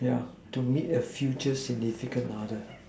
yeah to meet a future significant other